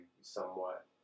somewhat